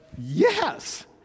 Yes